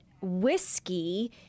whiskey